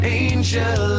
angel